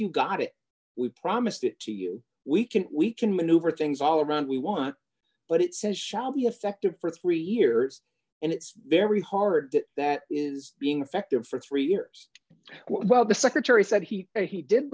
you've got it we've promised it to you we can we can maneuver things all around we want but it says shall be effective for three years and it's very hard that is being effective for three years while the secretary said he and he did